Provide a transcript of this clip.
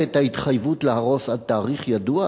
ואת ההתחייבות להרוס עד תאריך ידוע,